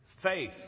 Faith